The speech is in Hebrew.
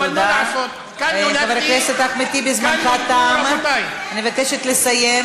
אני קוראת אותך לסדר פעם ראשונה.